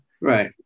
Right